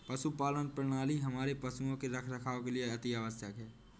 पशुपालन प्रणाली हमारे पशुओं के रखरखाव के लिए अति आवश्यक है